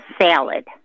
salad